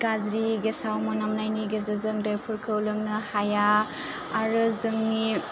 गाज्रि गेसाव मोनामनायनि गेजेरजों दैफोरखौ लोंनो हाया आरो जोंनि